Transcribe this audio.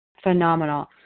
phenomenal